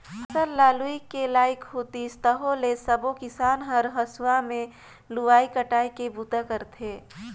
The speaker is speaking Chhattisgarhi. फसल ल लूए के लइक होतिस ताहाँले सबो किसान हर हंसुआ में लुवई कटई के बूता करथे